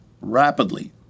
rapidly